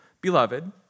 Beloved